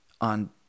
on